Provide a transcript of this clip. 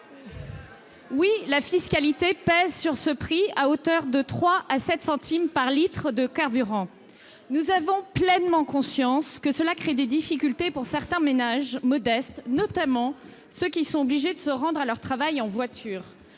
Oui, la fiscalité pèse sur ce prix, à hauteur de 3 à 7 centimes par litre de carburant. Nous avons pleinement conscience que cela crée des difficultés pour certains ménages modestes, et notamment pour ceux qui sont obligés de se rendre à leur travail en voiture,